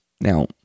Now